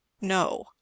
No